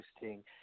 interesting